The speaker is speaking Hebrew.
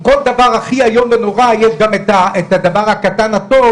אם בכל דבר הכי איום ונורא יש גם את הדבר הקטן הטוב,